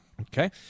Okay